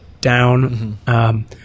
down